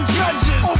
judges